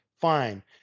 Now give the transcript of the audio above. Fine